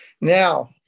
now